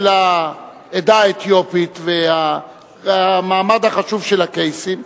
העדה האתיופית והמעמד החשוב של הקייסים,